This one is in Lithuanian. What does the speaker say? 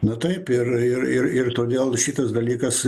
na taip ir ir ir ir todėl šitas dalykas